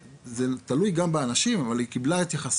זה תלוי גם באנשים, אבל היא בכלל קיבלה התייחסות.